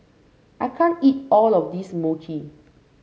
I can't eat all of this Mochi